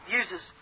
uses